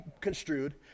construed